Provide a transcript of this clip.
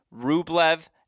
Rublev